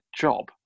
job